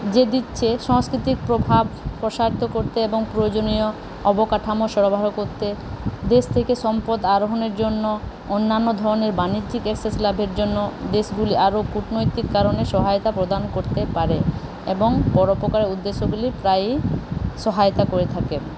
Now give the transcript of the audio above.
যে দিচ্ছে সংস্কৃতির প্রভাব প্রসারিত করতে এবং প্রয়োজনীয় অবকাঠামো সরবরাহ করতে দেশ থেকে সম্পদ আরোহণের জন্য অন্যান্য ধরণের বাণিজ্যিক এক্সেস লাভের জন্য দেশগুলি আরও কূটনৈতিক কারণে সহায়তা প্রদান করতে পারে এবং পরোপকার উদ্দেশ্যগুলি প্রায়ই সহায়তা করে থাকে